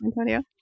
Antonio